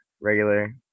regular